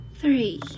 three